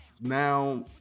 Now